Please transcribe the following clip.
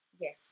Yes